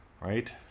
right